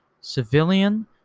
civilian